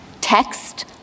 Text